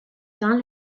dans